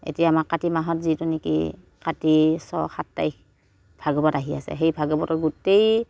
এতিয়া আমাক কাতিমাহত যিটো নেকি কাতিৰ ছয় সাত তাৰিখ ভাগৱত আহি আছে সেই ভাগৱতত গোটেই